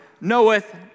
knoweth